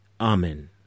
Amen